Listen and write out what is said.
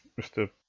Mr